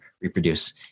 reproduce